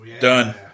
Done